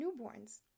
newborns